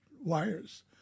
wires